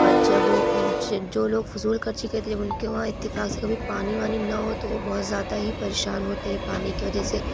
اور جب جو لوگ فضول خرچی کرتے ہیں جب ان کے وہاں اتفاق سے کبھی پانی وانی نہ ہو تو وہ بہت زیادہ ہی پریشان ہوتے ہیں پانی کی وجہ سے